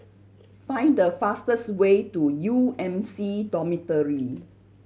find the fastest way to U M C Dormitory